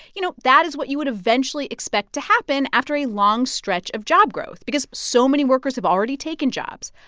you know, that is what you would eventually expect to happen after a long stretch of job growth because so many workers have already taken jobs.